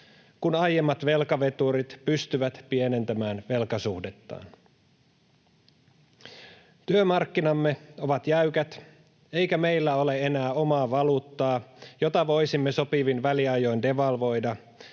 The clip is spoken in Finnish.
kun aiemmat velkaveturit pystyvät pienentämään velkasuhdettaan. Työmarkkinamme ovat jäykät, eikä meillä ole enää omaa valuuttaa, jota voisimme sopivin väliajoin devalvoida